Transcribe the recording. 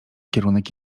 kierunek